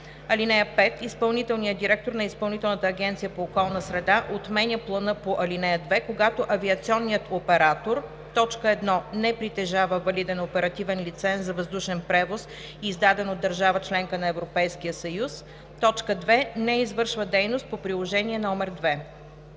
ал. 5: „(5) Изпълнителният директор на ИАОС отменя плана по ал. 2, когато авиационният оператор: 1. не притежава валиден оперативен лиценз за въздушен превоз, издаден от държава – членка на Европейския съюз; 2. не извършва дейност по приложение № 2.“